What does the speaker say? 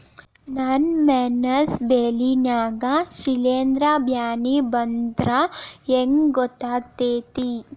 ನನ್ ಮೆಣಸ್ ಬೆಳಿ ನಾಗ ಶಿಲೇಂಧ್ರ ಬ್ಯಾನಿ ಬಂದ್ರ ಹೆಂಗ್ ಗೋತಾಗ್ತೆತಿ?